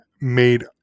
Made